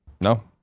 No